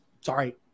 sorry